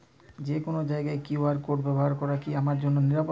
যে কোনো জায়গার কিউ.আর কোড ব্যবহার করা কি আমার জন্য নিরাপদ?